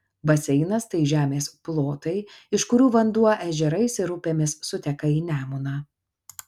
baseinas tai žemės plotai iš kurių vanduo ežerais ir upėmis suteka į nemuną